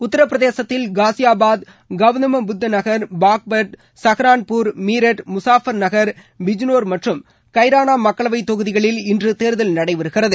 உத்தரப்பிரதேசத்தில் காசியாபாத் கவுதம புத்தா நகர் பாக்பாட் சகரான்பூர் மீரட் முசாபா நகர் பிஜ்னோர் மற்றும் கைரானா மக்களவை தொகுதிகளில் இன்று தேர்தல் நடைபெறுகிறது